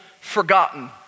forgotten